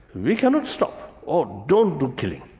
we cannot stop, oh, don't do killing'.